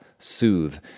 soothe